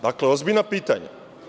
Dakle, ozbiljna pitanja.